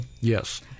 Yes